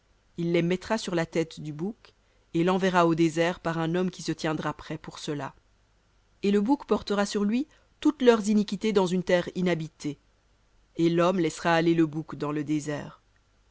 il les mettra sur la tête du bouc et l'enverra au désert par un homme qui se tiendra prêt pour cela et le bouc portera sur lui toutes leurs iniquités dans une terre inhabitée et l'homme laissera aller le bouc dans le désert